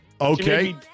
Okay